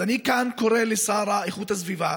אז אני קורא כאן לשר לאיכות הסביבה